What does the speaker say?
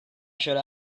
should